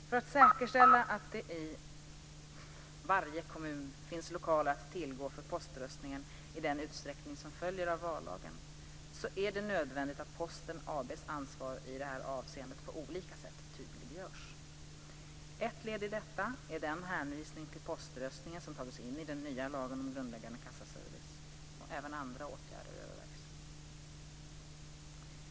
För att säkerställa att det i varje kommun finns lokaler att tillgå för poströstningen i den utsträckning som följer av vallagen är det nödvändigt att Posten AB:s ansvar i detta avseende på olika sätt tydliggörs. Ett led i detta är den hänvisning till poströstningen som tagits in i den nya lagen om grundläggande kassaservice . Även andra åtgärder övervägs.